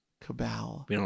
Cabal